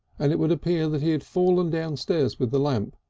and it would appear that he had fallen downstairs with the lamp,